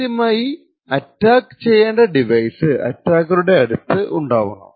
ആദ്യമായി അറ്റാക്ക് ചെയ്യേണ്ട ഡിവൈസ് അറ്റാക്കറുടെ അടുത്ത് ഉണ്ടാവണം